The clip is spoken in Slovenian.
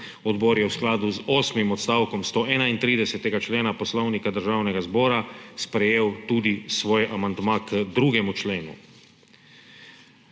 Odbor je v skladu z osmim odstavkom 131. člena Poslovnika Državnega zbora sprejel tudi svoj amandma k 2. členu.